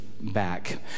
back